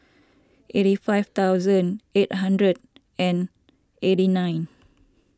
eighty five thousand eight hundred and eighty nine